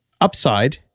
upside